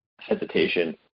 hesitation